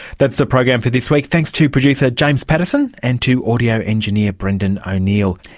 that's the program for this week. thanks to producer james pattison and to audio engineer brendan o'neill.